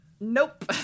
Nope